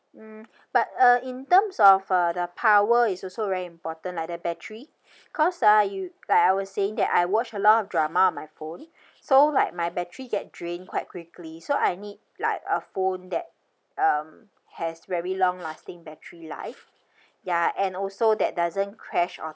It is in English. mm but uh in terms of uh the power is also very important like the battery because ah you like I was saying that I watch a lot of drama on my phone so like my battery get drained quite quickly so I need like a phone that um has very long lasting battery life ya and also that doesn't crash or